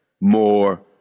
more